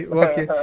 okay